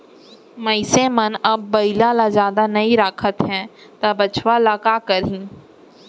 मनसे मन अब बइला ल जादा नइ राखत हें त बछवा ल का करहीं